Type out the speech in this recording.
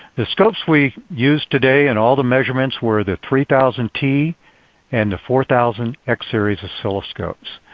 the scopes we used today in all the measurements were the three thousand t and the four thousand x-series oscilloscopes.